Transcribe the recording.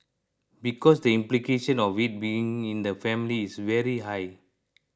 because the implication of it being in the family is very high